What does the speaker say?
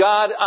God